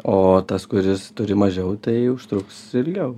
o tas kuris turi mažiau tai užtruks ilgiau